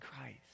Christ